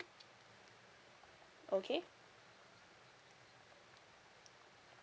okay